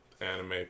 anime